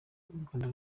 rwanda